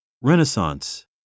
Renaissance